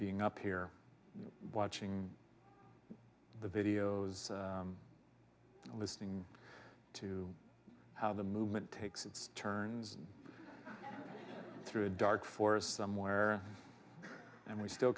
being up here watching the videos and listening to how the movement takes its turns through a dark forest somewhere and we still